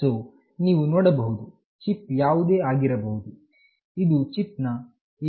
so ನೀವು ನೋಡಬಹುದು chip ಯಾವುದೇ ಆಗಿರಬಹುದು ಇದು ಚಿಪ್ ನ ಏರಿಯಾಕ್ಕಾಗಿ ಹಾಗು ಇದು SIM900